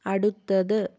അടുത്തത്